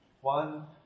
one